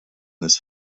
this